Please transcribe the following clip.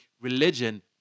religion